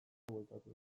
bueltatuko